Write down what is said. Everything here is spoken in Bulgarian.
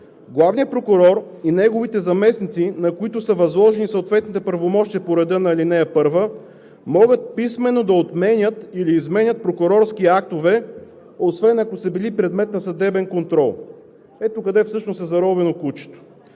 „Главният прокурор и неговите заместници, на които са възложени съответните правомощия по реда на ал. 1, могат писмено да отменят или изменят прокурорски актове, освен ако са били предмет на съдебен контрол.“ Ето къде всъщност е заровено кучето